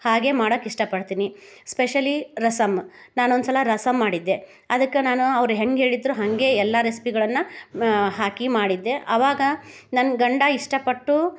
ಹಾಗೆ ಮಾಡಕ್ಕೆ ಇಷ್ಟ ಪಡ್ತೀನಿ ಸ್ಪೆಷಲಿ ರಸಮ್ ನಾನೊಂದು ಸಲ ರಸಮ್ ಮಾಡಿದ್ದೆ ಅದಕ್ಕೆ ನಾನು ಅವ್ರು ಹೆಂಗೆ ಹೇಳಿದ್ರು ಹಾಗೆ ಎಲ್ಲ ರೆಸ್ಪಿಗಳನ್ನು ಮ ಹಾಕಿ ಮಾಡಿದ್ದೆ ಅವಾಗ ನನ್ನ ಗಂಡ ಇಷ್ಟ ಪಟ್ಟು